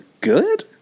good